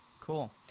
Cool